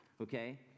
okay